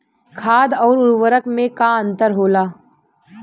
खाद्य आउर उर्वरक में का अंतर होला?